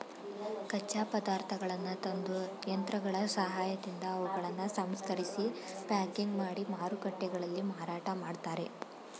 ಕಚ್ಚಾ ಪದಾರ್ಥಗಳನ್ನು ತಂದು, ಯಂತ್ರಗಳ ಸಹಾಯದಿಂದ ಅವುಗಳನ್ನು ಸಂಸ್ಕರಿಸಿ ಪ್ಯಾಕಿಂಗ್ ಮಾಡಿ ಮಾರುಕಟ್ಟೆಗಳಲ್ಲಿ ಮಾರಾಟ ಮಾಡ್ತರೆ